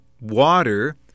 water